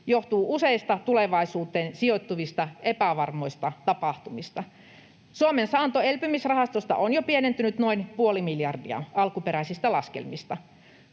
johtuu useista tulevaisuuteen sijoittuvista epävarmoista tapahtumista. Suomen saanto elpymisrahastosta on jo pienentynyt noin puoli miljardia alkuperäisistä laskelmista.